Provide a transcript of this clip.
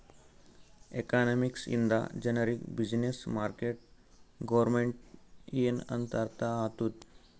economics ಇಂದ ಜನರಿಗ್ business, market, government ಎನ್ ಅಂತ್ ಅರ್ಥ ಆತ್ತುದ್